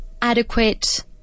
adequate